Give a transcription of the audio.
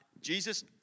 Jesus